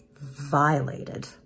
violated